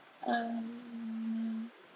um